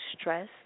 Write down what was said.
stress